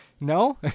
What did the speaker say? No